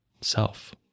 self